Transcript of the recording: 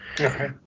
Okay